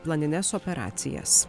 planines operacijas